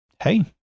Hey